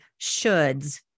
shoulds